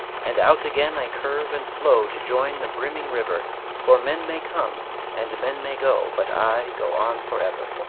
and out again i curve and flow to join the brimming river for men may come and men may go, but i go on forever.